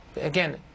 again